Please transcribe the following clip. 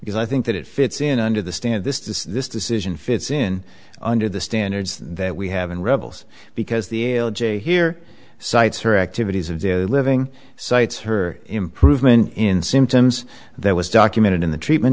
because i think that it fits in under the stand this does this decision fits in under the standards that we have and rebels because the here cites her activities of daily living sites her improvement in symptoms that was documented in the treatment